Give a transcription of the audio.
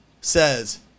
says